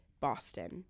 Boston